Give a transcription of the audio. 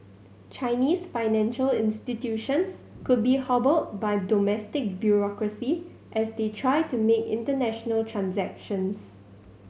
Chinese financial institutions could be hobbled by domestic bureaucracy as they try to make international transactions